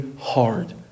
hard